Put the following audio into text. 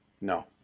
no